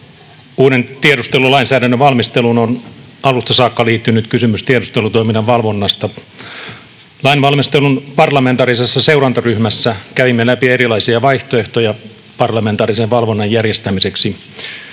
Uuden tiedustelulainsäädännön valmisteluun on alusta saakka liittynyt kysymys tiedustelutoiminnan valvonnasta. Lainvalmistelun parlamentaarisessa seurantaryhmässä kävimme läpi erilaisia vaihtoehtoja parlamentaarisen valvonnan järjestämiseksi.